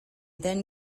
then